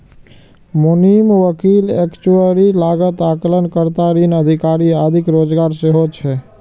मुनीम, वकील, एक्चुअरी, लागत आकलन कर्ता, ऋण अधिकारी आदिक रोजगार सेहो छै